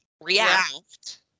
react